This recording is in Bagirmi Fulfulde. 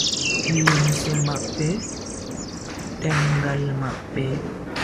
limse mabbe, demngal mabbe.